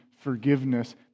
forgiveness